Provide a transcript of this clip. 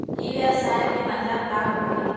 ई व्यवसाय के मतलब का होथे?